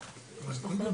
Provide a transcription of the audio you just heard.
שלום,